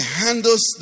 handles